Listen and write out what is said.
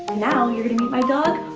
now you're gonna meet my dog,